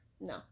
No